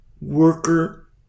worker